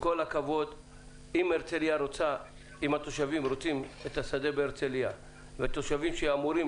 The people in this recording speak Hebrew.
אם התושבים בהרצליה רוצים את השדה במקום ותושבים שאמורים